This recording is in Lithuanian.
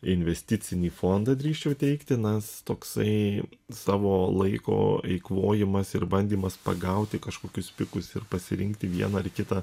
investicinį fondą drįsčiau teigti nas toksai savo laiko eikvojimas ir bandymas pagauti kažkokius pikus ir pasirinkti vieną ar kitą